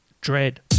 Dread